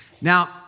Now